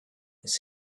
his